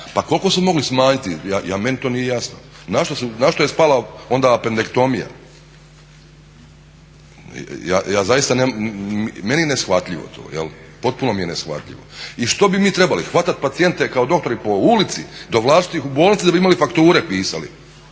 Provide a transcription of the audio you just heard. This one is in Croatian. Pa kolko su mogli smanjiti, meni to nije jasno. Na što je spala onda apendektomija. Meni je neshvatljivo to, potpuno mi je neshvatljivo. I što bi mi trebali, hvatat pacijente kao doktori po ulici, dovlačiti ih u bolnice da bi imali fakture pisali,